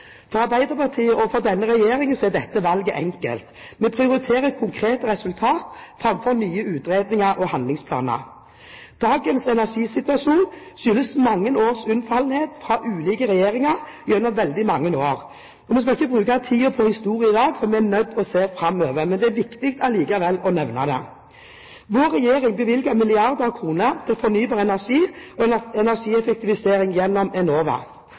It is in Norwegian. For Arbeiderpartiet og for denne regjeringen er dette valget enkelt. Vi prioriterer konkrete resultater framfor nye utredninger og handlingsplaner. Dagens energisituasjon skyldes mange års unnfallenhet fra ulike regjeringer gjennom veldig mange år. Vi skal ikke bruke tiden på historien i dag, for vi er nødt til å se framover. Men det er allikevel viktig å nevne det. Vår regjering bevilger milliarder av kroner til fornybar energi og energieffektivisering gjennom Enova.